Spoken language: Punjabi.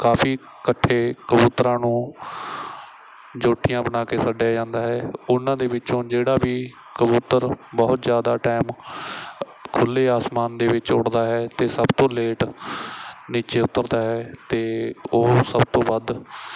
ਕਾਫੀ ਇਕੱਠੇ ਕਬੂਤਰਾਂ ਨੂੰ ਜੋਟੀਆਂ ਬਣਾ ਕੇ ਛੱਡਿਆ ਜਾਂਦਾ ਹੈ ਉਹਨਾਂ ਦੇ ਵਿੱਚੋਂ ਜਿਹੜਾ ਵੀ ਕਬੂਤਰ ਬਹੁਤ ਜ਼ਿਆਦਾ ਟਾਈਮ ਖੁੱਲ੍ਹੇ ਅਸਮਾਨ ਦੇ ਵਿੱਚ ਉੱਡਦਾ ਹੈ ਅਤੇ ਸਭ ਤੋਂ ਲੇਟ ਨੀਚੇ ਉੱਤਰਦਾ ਹੈ ਤਾਂ ਉਹ ਸਭ ਤੋਂ ਵੱਧ